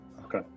okay